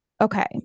Okay